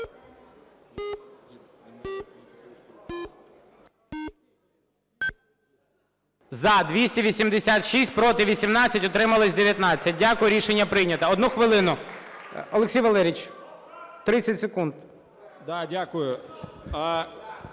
За-286 Проти – 18, утрималося – 19. Дякую, рішення прийнято. Одну хвилину. Олексій Валерійович, 30 секунд.